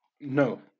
No